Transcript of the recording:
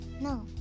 No